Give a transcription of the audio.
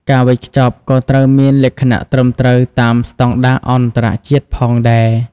ការវេចខ្ចប់ក៏ត្រូវមានលក្ខណៈត្រឹមត្រូវតាមស្ដង់ដារអន្តរជាតិផងដែរ។